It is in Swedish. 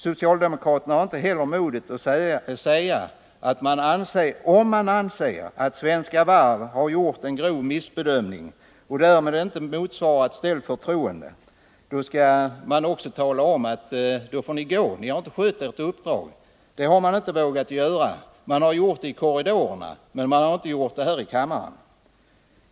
Socialdemokraterna har inte heller modet — om de anser att Svenska Varv har gjort en grov missbedömning och därmed inte motsvarat förtroendet — att säga till ledningen att den får gå eftersom den inte har skött sitt uppdrag. Det har socialdemokraterna inte vågat göra. — Man har gjort det i korridorerna men inte här i kammaren.